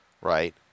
right